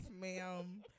ma'am